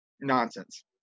nonsense